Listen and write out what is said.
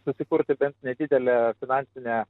susikurti bent nedidelę finansinę